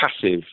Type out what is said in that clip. Passive